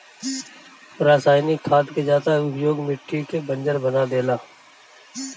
रासायनिक खाद के ज्यादा उपयोग मिट्टी के बंजर बना देला